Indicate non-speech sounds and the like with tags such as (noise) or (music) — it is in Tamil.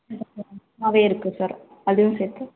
(unintelligible) நிறைய இருக்குது சார் அதுவும் சேர்த்து